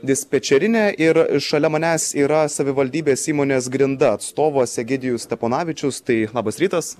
dispečerinę ir šalia manęs yra savivaldybės įmonės grinda atstovas egidijus steponavičius tai labas rytas